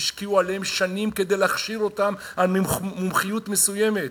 השקיעו בהם שנים כדי להכשיר אותם למומחיות מסוימת,